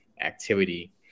activity